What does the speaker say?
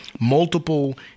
multiple